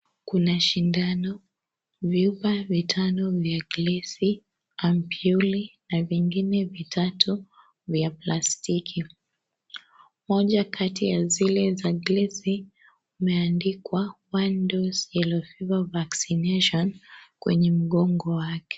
Kuna shindano, vyumba vitano vya glesi, ampiuli, na vingine vitatu vya plastiki. Moja kati ya zile za glesi, imeandikwa one dose yellow fever vaccination , kwenye mgongo wake.